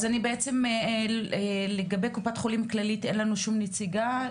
לגבי קופת חולים כללית אין לנו שום נציגה.